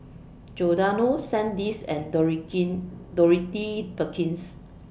Giordano Sandisk and Doroky Dorothy Perkins